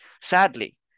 sadly